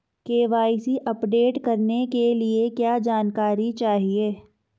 KYC update करने के लिए क्या जानकारी चाहिए?